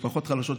משפחות חלשות,